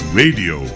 radio